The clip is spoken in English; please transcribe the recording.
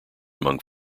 among